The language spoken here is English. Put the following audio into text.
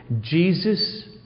Jesus